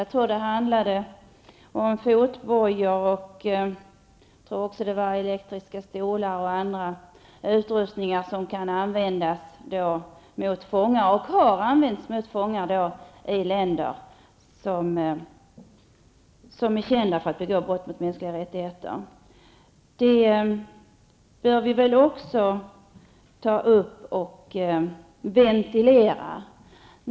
Jag tror att det handlade om fotbojor, elektriska stolar och annan utrustning som kan användas på fångar och som har använts i länder som är kända för att begå brott mot mänskliga rättigheter. Detta bör vi ta upp och ventilera.